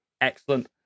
Excellent